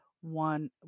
one